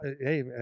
hey